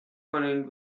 کنین